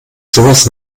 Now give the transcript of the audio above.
sowas